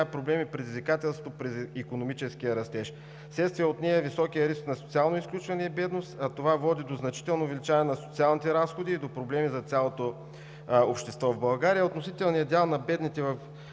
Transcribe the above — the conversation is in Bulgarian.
проблем и предизвикателство при икономическия растеж. Вследствие от нея високият риск на социално изключване е бедност, а това води до значително увеличаване на социалните разходи и до проблеми за цялото общество. В България относителният дял на бедните в